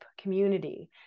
community